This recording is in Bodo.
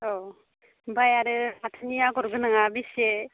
औ ओमफ्राय आरो माथानि आगर गोनाङा बेसे